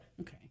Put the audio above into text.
okay